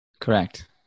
Correct